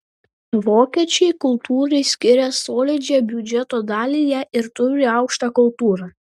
vokiečiai kultūrai skiria solidžią biudžeto dalį jie ir turi aukštą kultūrą